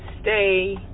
stay